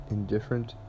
indifferent